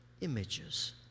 images